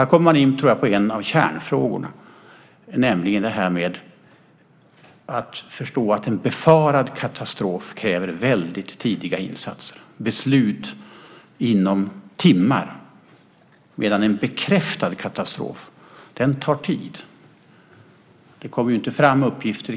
Här kommer man in på en av kärnfrågorna, nämligen att förstå att en befarad katastrof kräver väldigt tidiga insatser och beslut inom timmar medan en bekräftad katastrof tar tid. Det kommer inte fram uppgifter